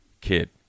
kid